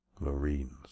Marines